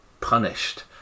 punished